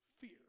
fear